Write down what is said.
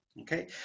Okay